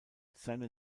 seine